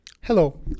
Hello